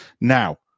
Now